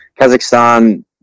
kazakhstan